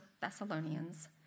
Thessalonians